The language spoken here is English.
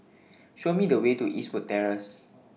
Show Me The Way to Eastwood Terrace